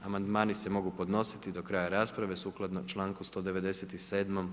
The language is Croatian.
Amandmani se mogu podnositi do kraja rasprave sukladno članku 197.